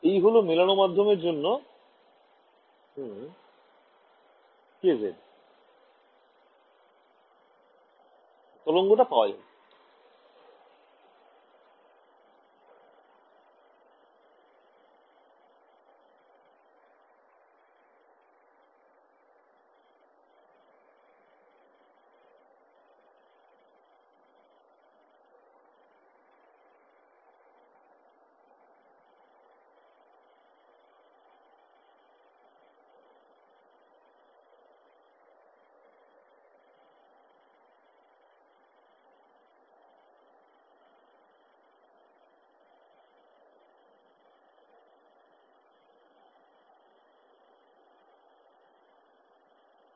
এই হল মেলানো মাধ্যমের জন্য kz